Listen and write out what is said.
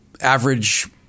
average